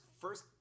first